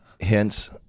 hence